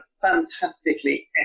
fantastically